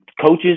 coaches